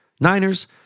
Niners